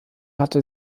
hatte